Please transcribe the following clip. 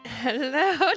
Hello